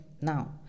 Now